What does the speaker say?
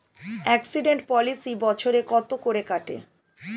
Accident policy বছরে কত করে কাটে?